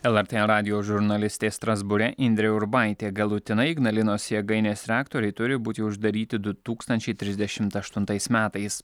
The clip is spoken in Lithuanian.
lrt radijo žurnalistė strasbūre indrė urbaitė galutinai ignalinos jėgainės reaktoriai turi būti uždaryti du tūkstančiai trisdešimt aštuntais metais